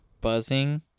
buzzing